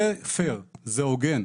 זה פייר, זה הוגן.